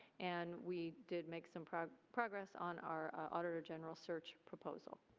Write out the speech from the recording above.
and we did make some progress progress on our auditor general search proposal.